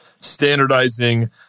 standardizing